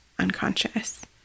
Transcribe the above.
unconscious